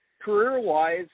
Career-wise